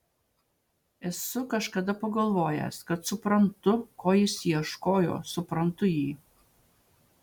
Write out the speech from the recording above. esu kažkada pagalvojęs kad suprantu ko jis ieškojo suprantu jį